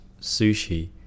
sushi